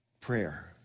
prayer